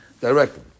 directly